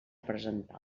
presentar